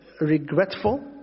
regretful